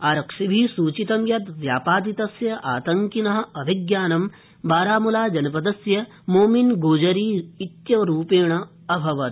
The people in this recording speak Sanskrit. आरक्षिभि सूचितं यत् व्यापादितस्य आतङ्किन अभिज्ञानं बारामूलाया मोमिन गोजरी रूपेण अभवत्